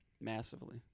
massively